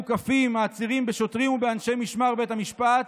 שבו מוקפים העצירים בשוטרים ובאנשי משמר בית המשפט,